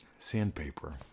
Sandpaper